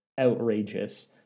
outrageous